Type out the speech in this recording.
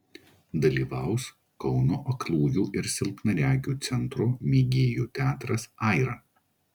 dalyvaus kauno aklųjų ir silpnaregių centro mėgėjų teatras aira